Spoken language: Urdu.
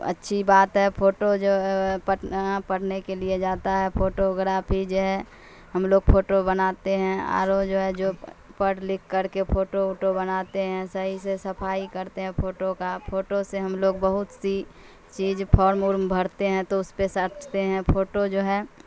اچھی بات ہے پھوٹو جو پڑھنا پڑھنے کے لیے جاتا ہے پھوٹوگرافی جو ہے ہم لوگ پھوٹو بناتے ہیں اور وہ جو ہے جو پڑھ لکھ کر کے پھوٹو وٹو بناتے ہیں صحیح سے صفائی کرتے ہیں پھوٹو کا پھوٹو سے ہم لوگ بہت سی چیز پھارم ورم بھرتے ہیں تو اس پہ سجتے ہیں پھوٹو جو ہے